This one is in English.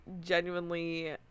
genuinely